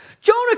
Jonah